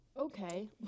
Okay